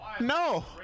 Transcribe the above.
No